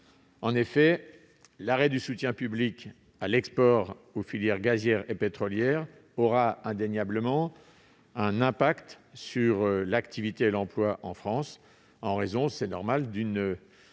En effet, l'arrêt du soutien public à l'export aux filières gazière et pétrolière aura indéniablement un impact sur l'activité et l'emploi en France, une moindre